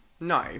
No